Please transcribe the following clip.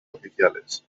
oficiales